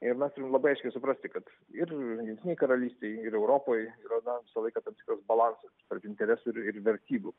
ir mes turim labai aiškiai suprasti kad ir jungtinėj karalystėj ir europoj yra na visą laiką kad tam tikras balansas tarp interesų ir vertybių